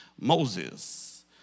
Moses